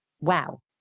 Wow